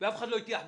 ואף אחד לא הטיח בך.